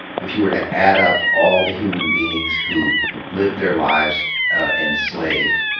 if you were to add up all the human beings who lived their lives enslaved